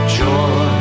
joy